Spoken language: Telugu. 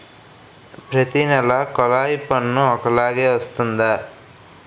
ప్రతి నెల కొల్లాయి పన్ను ఒకలాగే వస్తుందా?